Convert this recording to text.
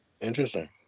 Interesting